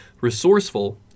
resourceful